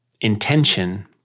intention